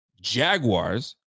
Jaguars